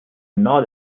not